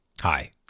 Hi